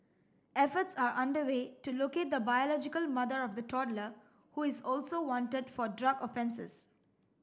efforts are underway to locate the biological mother of the toddler who is also wanted for drug offences